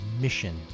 mission